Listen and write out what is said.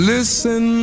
Listen